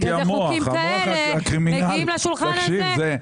בגלל זה יש חוקים כאלה מגיעים לשולחן הזה.